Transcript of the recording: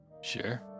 Sure